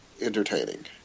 entertaining